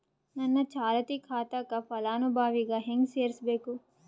ನನ್ನ ಚಾಲತಿ ಖಾತಾಕ ಫಲಾನುಭವಿಗ ಹೆಂಗ್ ಸೇರಸಬೇಕು?